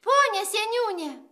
pone seniūne